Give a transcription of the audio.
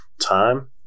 time